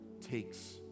takes